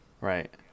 right